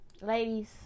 ladies